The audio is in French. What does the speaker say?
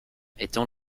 étant